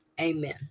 Amen